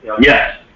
yes